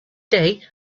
day